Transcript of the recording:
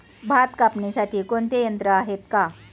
भात कापणीसाठी कोणते यंत्र आहेत का?